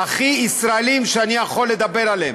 הכי ישראליים שאני יכול לדבר עליהם.